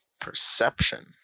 Perception